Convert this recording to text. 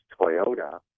Toyota